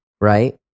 right